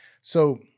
So-